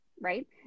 right